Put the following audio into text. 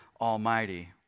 Almighty